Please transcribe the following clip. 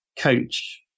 coach